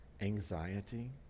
anxiety